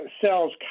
sells